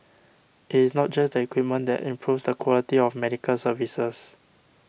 it is not just the equipment that improves the quality of medical services